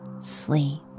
sleep